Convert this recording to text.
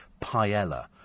paella